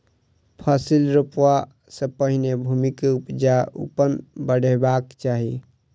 फसिल रोपअ सॅ पहिने भूमि के उपजाऊपन बढ़ेबाक चाही